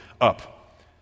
up